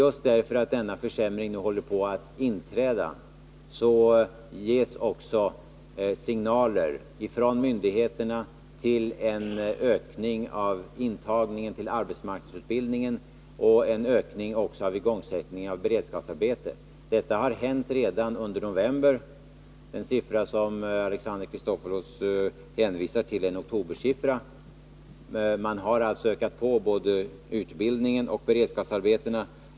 Just därför att denna försämring nu håller på att inträda ges från myndigheterna signaler till en ökning av intagningen till arbetsmarknadsutbildningen och en ökning av igångsättandet av beredskapsarbeten. Detta har redan hänt under november. Den siffra som Alexander Chrisopoulos hänvisar till är en oktobersiffra. Både antalet utbildningsplat ser och beredskapsarbeten har alltså ökat.